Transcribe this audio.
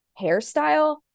hairstyle